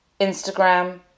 Instagram